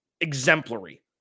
exemplary